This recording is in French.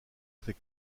fait